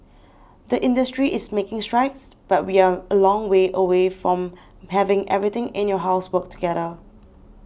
the industry is making strides but we are a long way away from having everything in your house work together